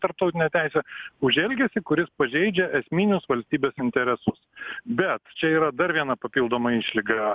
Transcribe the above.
tarptautinę teisę už elgesį kuris pažeidžia esminius valstybės interesus bet čia yra dar viena papildoma išlyga